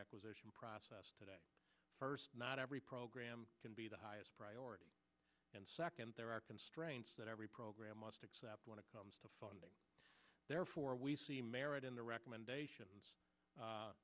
acquisition process today first not every program can be the highest priority and second there are constraints that every program must accept when it comes to funding therefore we see merit in the recommendation